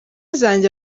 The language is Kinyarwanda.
zanjye